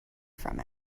from